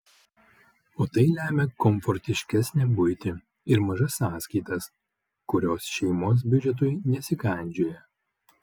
o tai lemia komfortiškesnę buitį ir mažas sąskaitas kurios šeimos biudžetui nesikandžioja